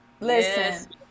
listen